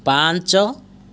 ପାଞ୍ଚ